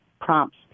prompts